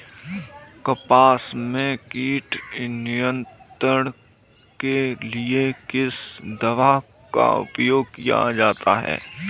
कपास में कीट नियंत्रण के लिए किस दवा का प्रयोग किया जाता है?